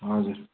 हजुर